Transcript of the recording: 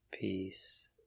Peace